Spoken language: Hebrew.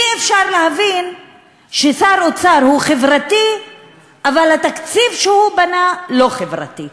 אי-אפשר להבין ששר אוצר הוא חברתי אבל התקציב שהוא בנה לא חברתי.